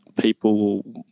People